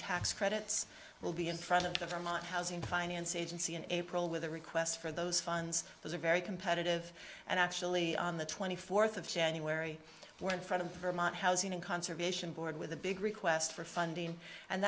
tax credits will be in front of the vermont housing finance agency in april with a request for those funds those are very competitive and actually on the twenty fourth of january we're in front of the vermont housing and conservation board with a big request for funding and